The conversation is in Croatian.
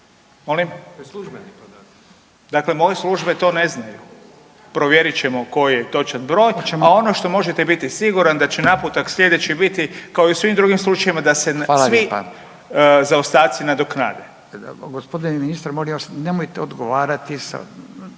Dakle moje službe to ne znaju. Provjerit ćemo koji je točan broj, a ono što možete biti siguran da će naputak sljedeći biti, kao i u svim drugim slučajevima da se svi .../Upadica: Hvala lijepa./... zaostaci nadoknade.